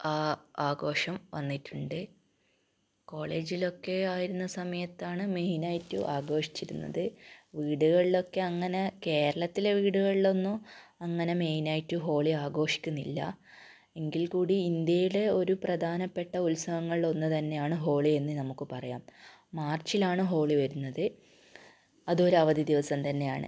ആഘോഷം വന്നിട്ടുണ്ട് കോളേജിലൊക്കെ ആയിരുന്ന സമയത്താണ് മെയിനായിട്ടും ആഘോഷിച്ചിരുന്നത് വീട്കളിലൊക്കെ അങ്ങനെ കേരളത്തിലെ വീട്കളൊന്നും അങ്ങനെ മെയിനായിട്ട് ഹോളി ആഘോഷിക്കുന്നില്ല എങ്കിൽക്കൂടി ഇന്ത്യയിലെ ഒരു പ്രധാനപ്പെട്ട ഉത്സവങ്ങളിലൊന്ന് തന്നെയാണ് ഹോളി എന്ന് നമുക്ക് പറയാം മാർച്ചിലാണ് ഹോളി വരുന്നത് അതൊരവധി ദിവസം തന്നെയാണ്